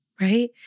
right